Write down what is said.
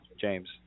James